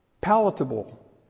palatable